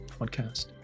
podcast